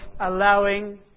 allowing